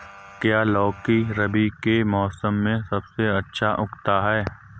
क्या लौकी रबी के मौसम में सबसे अच्छा उगता है?